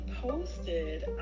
posted